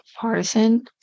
partisan